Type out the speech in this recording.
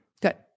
Good